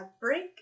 break